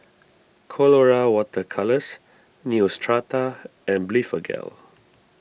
Colora Water Colours Neostrata and Blephagel